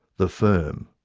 the firm,